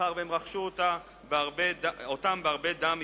מאחר שהם רכשו אותן בהרבה דם,